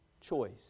choice